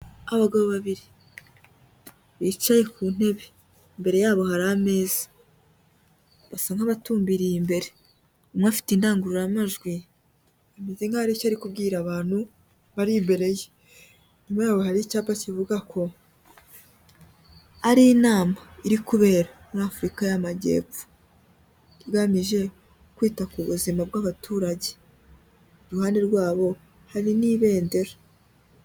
Abagabo babiri bicaye ku ntebe, imbere yabo hari ameza basa nk'abatumbiriye imbere, umwe afite indangururamajwi ameze nkaho hari icyo ari kubwira abantu bari imbere ye, inyuma y'aho hari icyapa kivuga ko ari inama iri kubera muri Afurika y'amajyepfo igamije kwita ku buzima bw'abaturage, iruhande rwabo hari n'ibendera.